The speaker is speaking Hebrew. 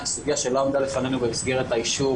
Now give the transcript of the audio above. היא סוגיה שלא עמדה בפנינו במסגרת האישור